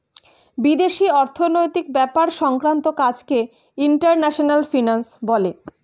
বিদেশি অর্থনৈতিক ব্যাপার সংক্রান্ত কাজকে ইন্টারন্যাশনাল ফিন্যান্স বলে